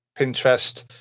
Pinterest